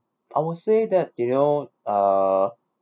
I will say that you know uh